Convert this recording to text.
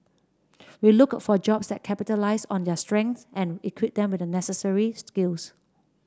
we look for jobs that capitalise on their strengths and equip them with the necessary skills